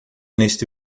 neste